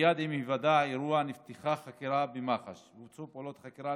מייד עם היוודע האירוע נפתחה חקירה במח"ש ובוצעו פעולות חקירה.